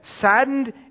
saddened